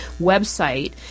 website